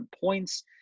points